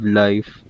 life